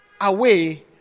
away